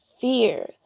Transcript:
fear